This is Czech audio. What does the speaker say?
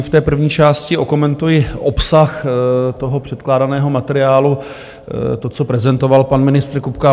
V první části okomentuji obsah předkládaného materiálu, toho, co prezentoval pan ministr Kupka.